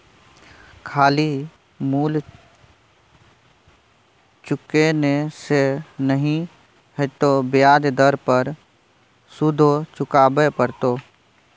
खाली मूल चुकेने से नहि हेतौ ब्याज दर पर सुदो चुकाबे पड़तौ